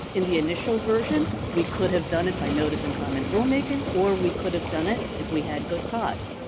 in the initial version we could have done it by notice and comment rulemaking or we could have done it if we had good cause.